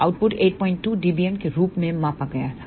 output 82 dBm के रूप में मापा गया था